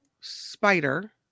spider